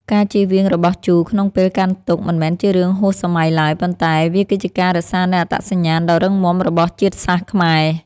ការជៀសវាងរបស់ជូរក្នុងពេលកាន់ទុក្ខមិនមែនជារឿងហួសសម័យឡើយ ប៉ុន្តែ វាគឺជាការរក្សានូវអត្តសញ្ញាណដ៏រឹងមាំរបស់ជាតិសាសន៍ខ្មែរ។